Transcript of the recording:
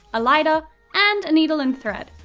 a lighter, and a needle and thread.